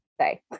say